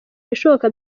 ibishoboka